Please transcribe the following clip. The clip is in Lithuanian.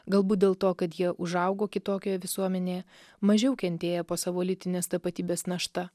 galbūt dėl to kad jie užaugo kitokioje visuomenėje mažiau kentėjo po savo lytinės tapatybės našta